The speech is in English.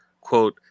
quote